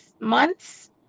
months